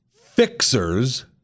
fixers